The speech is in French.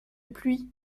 pluie